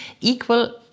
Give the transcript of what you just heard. equal